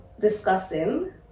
discussing